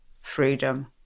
Freedom